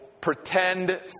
pretend